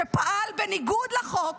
שפעל בניגוד לחוק,